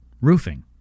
roofing